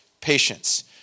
patience